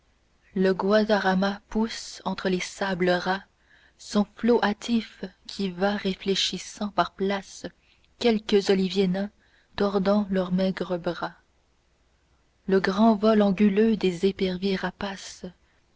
le guadarrama pousse entre les sables ras son flot hâtif qui va réfléchissant par places quelques oliviers nains tordant leurs maigres bras le grand vol anguleux des éperviers rapaces